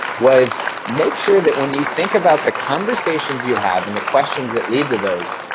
was make sure that when you think about the conversations you have and the questions that lead to those,